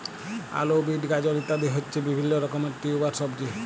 আলু, বিট, গাজর ইত্যাদি হচ্ছে বিভিল্য রকমের টিউবার সবজি